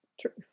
truth